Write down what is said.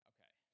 Okay